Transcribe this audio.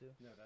No